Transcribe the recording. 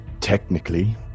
technically